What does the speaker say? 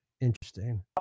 interesting